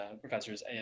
professors